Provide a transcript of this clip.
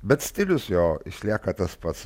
bet stilius jo išlieka tas pats